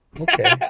Okay